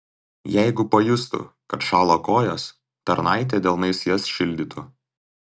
jeigu pajustų kad šąla kojos tarnaitė delnais jas šildytų